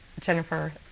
jennifer